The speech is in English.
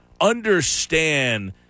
understand